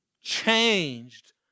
changed